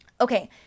Okay